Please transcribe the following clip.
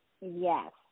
yes